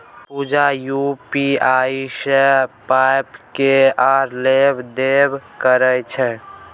पुजा UPI सँ पाइ केर लेब देब करय छै